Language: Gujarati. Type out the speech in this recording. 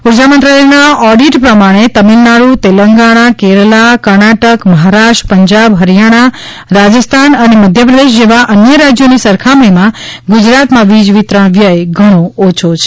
ઉર્જા મંત્રાલયના ઓડિટ પ્રમાણે તામીલનાડુ તેલંગણા કેરલા કર્ણાટક મહારષ્ટ્ર પંજાબ હરીયાણા રાજસ્થાન મધ્યપ્રદેશ જેવા અન્ય રાજયોની સરખામણીમાં ગુજરાતમાં વીજ વિતરણ વ્યય ઘણો ઓછો છે